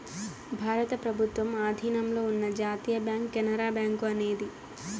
భారత ప్రభుత్వం ఆధీనంలో ఉన్న జాతీయ బ్యాంక్ కెనరా బ్యాంకు అనేది